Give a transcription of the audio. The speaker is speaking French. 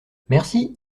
merci